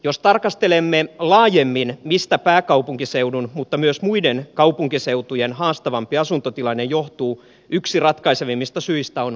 jos tarkastelemme laajemmin mistä pääkaupunkiseudun mutta myös muiden kaupunkiseutujen haastavampi asuntotilanne johtuu yksi ratkaisevimmista syistä on kuntarakenne